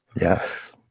Yes